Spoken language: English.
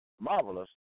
marvelous